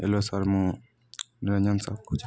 hello sir ମୁଁ ନିରଞ୍ଜନ ସକୁୁଜ